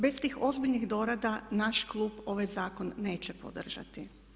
Bez tih ozbiljnih dorada naš Klub ovaj zakon neće podržati.